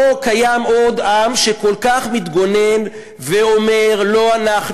לא קיים עוד עם שכל כך מתגונן ואומר: לא אנחנו.